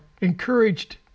encouraged